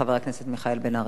חבר הכנסת מיכאל בן-ארי.